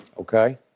Okay